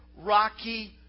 rocky